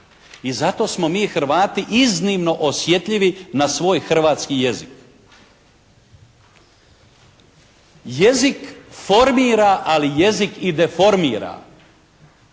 I zato smo mi Hrvati iznimno osjetljivi na svoj hrvatski jezik. Jezik formira, ali jezik i deformira.